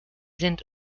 sind